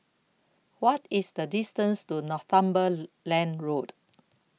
What IS The distance to Northumberland Road